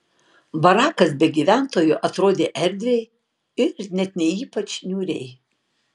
barakas be gyventojų atrodė erdviai ir net ne ypač niūriai